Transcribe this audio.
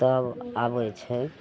तब आबय छै